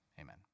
Amen